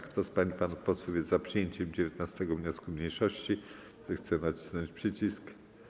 Kto z pań i panów posłów jest za przyjęciem 19. wniosku mniejszości, zechce nacisnąć przycisk.